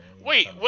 Wait